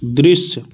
दृश्य